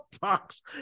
box